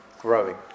growing